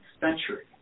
century